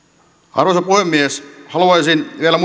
arvoisa puhemies haluaisin vielä